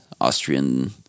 Austrian